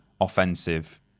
offensive